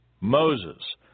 Moses